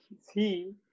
see